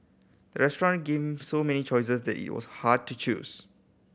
restaurant gave so many choices that it was hard to choose